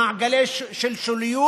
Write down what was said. ממעגלים של שוליות.